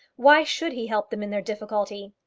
why should he help them in their difficulty?